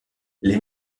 les